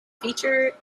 feature